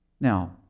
Now